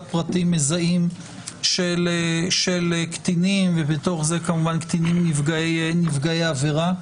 פרטים מזהים של קטינים ובכלל זה כמובן קטינים נפגעי עבירה.